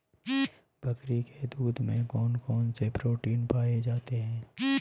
बकरी के दूध में कौन कौनसे प्रोटीन पाए जाते हैं?